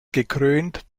gekrönt